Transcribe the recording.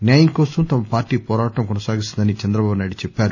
న్యాయం కోసం తమ పార్టీ పోరాటం కొనసాగిస్తుందని చంద్రబాబునాయుడు చెప్పారు